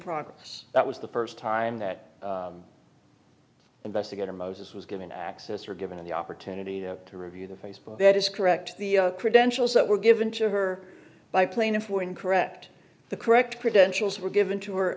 progress that was the first time that investigator moses was given access or given the opportunity to review the face but that is correct the credentials that were given to her by plaintiff were incorrect the correct credentials were given to her